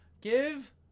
Give